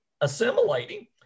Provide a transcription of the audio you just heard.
assimilating